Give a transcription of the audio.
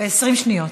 ב-20 שניות.